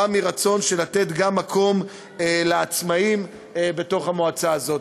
מרצון של לתת גם מקום לעצמאים בתוך המועצה הזאת.